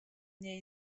nie